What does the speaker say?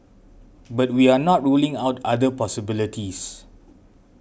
but we are not ruling out other possibilities